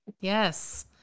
Yes